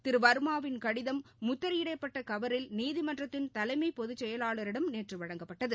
திருவாமாவின் கடிதம் முத்திரையிடப்பட்டகவரில் நீதிமன்றத்தின் தலைமைச் பொதுச் செயலாளரிடம் நேற்றுவழங்கப்பட்டது